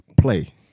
play